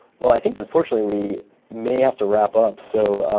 well, i think, unfortunately, we may have to wrap up. so